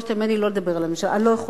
לא לדבר על הממשלה, אני לא יכולה: